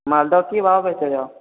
मालदह की भाव बेचै छऽ